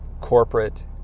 corporate